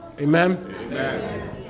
Amen